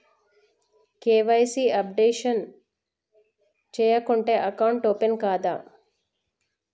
KYC updation చేయకుంటే account open కాదా?